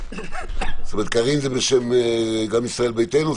זאת אומרת, קארין זה בשם גם ישראל ביתנו?